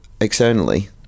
Externally